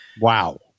Wow